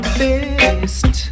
best